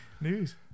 news